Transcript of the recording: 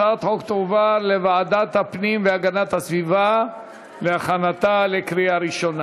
הצעת החוק תועבר לוועדת הפנים והגנת הסביבה להכנתה לקריאה ראשונה.